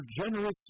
generous